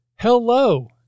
Hello